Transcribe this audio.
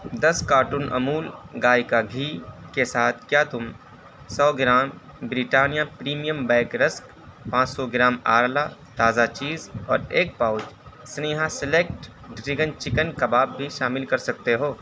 دس carton Amul گائے کا گھی کے ساتھ کیا تم سو gram Britannia premium bake rusk پانچ سو گرام آرلا تازہ چیز اور ایک pouch Sneha select dragon chicken کباب بھی شامل کر سکتے ہو